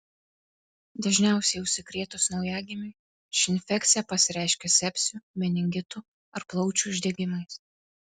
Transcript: dažniausiai užsikrėtus naujagimiui ši infekcija pasireiškia sepsiu meningitu ar plaučių uždegimais